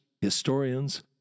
historians